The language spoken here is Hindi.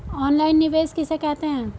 ऑनलाइन निवेश किसे कहते हैं?